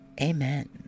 Amen